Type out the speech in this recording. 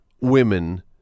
women